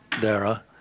Dara